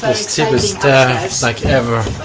steepest stair like ever.